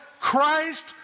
Christ